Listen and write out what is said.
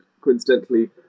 coincidentally